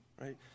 right